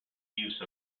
use